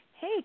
Hey